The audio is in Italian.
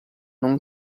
non